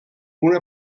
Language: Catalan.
una